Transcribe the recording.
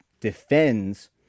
defends